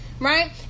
Right